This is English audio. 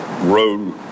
road